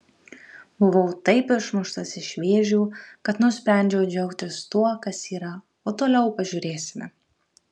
buvau taip išmuštas iš vėžių kad nusprendžiau džiaugtis tuo kas yra o toliau pažiūrėsime